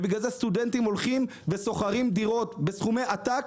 ובגלל זה סטודנטים הולכים ושוכרים דירות בסכומי עתק